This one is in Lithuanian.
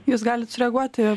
jūs galit sureaguoti